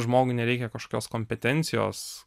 žmogui nereikia kažkokios kompetencijos